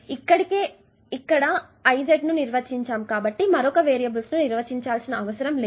ఇప్పటికే ఇక్కడ Iz ను నిర్వచించాను కాబట్టి మరొక వేరియబుల్స్ ను నిర్వహించాల్సిన అవసరం లేదు